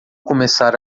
começar